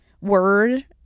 word